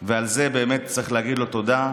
ועל זה באמת צריך להגיד לו תודה.